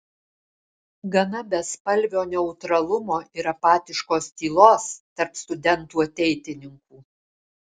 gana bespalvio neutralumo ir apatiškos tylos tarp studentų ateitininkų